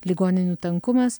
ligoninių tankumas